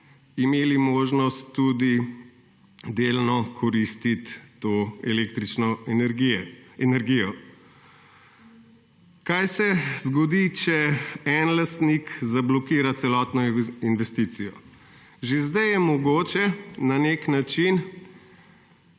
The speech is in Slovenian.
imeli možnost tudi delno koristiti to električno energijo. Kaj se zgodi, če en lastnik zablokira celotno investicijo? Že zdaj je mogoče na nek način